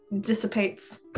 dissipates